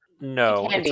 No